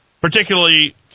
particularly